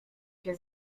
się